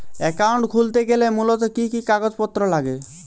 Account খুলতে গেলে মূলত কি কি কাগজপত্র লাগে?